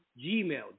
Gmail